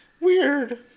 Weird